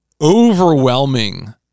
overwhelming